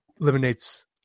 eliminates